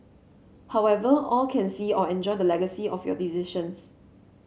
however all can see or enjoy the legacy of your decisions